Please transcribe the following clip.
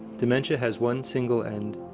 dementia has one single end.